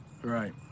right